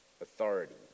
authority